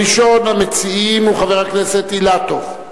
ראשון המציעים הוא חבר הכנסת רוברט אילטוב,